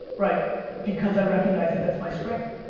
right because i recognize that that's my strength.